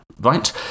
right